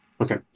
Okay